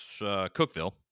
Cookville